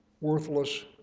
worthless